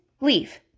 leave